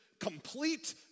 complete